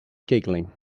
giggling